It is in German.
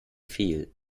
viel